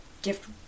gift